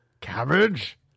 Cabbage